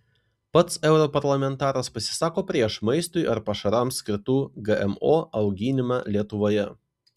pats europarlamentaras pasisako prieš maistui ar pašarams skirtų gmo auginimą lietuvoje